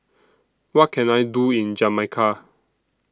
What Can I Do in Jamaica